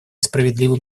справедливым